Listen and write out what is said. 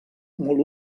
molt